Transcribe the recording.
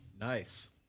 Nice